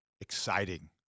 exciting